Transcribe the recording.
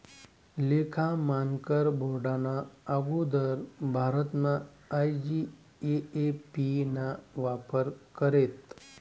लेखा मानकर बोर्डना आगुदर भारतमा आय.जी.ए.ए.पी ना वापर करेत